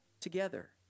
together